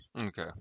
okay